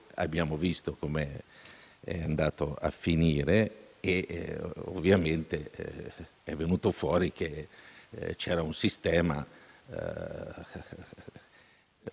abbiamo visto com’è andato a finire e ovviamente è venuto fuori che c’era un vero sistema